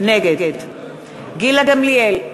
נגד גילה גמליאל,